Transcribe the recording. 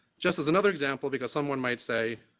just as another example because someone might say,